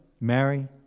Mary